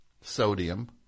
sodium